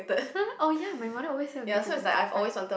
!huh! oh ya my mother always say I will get pickpocted I've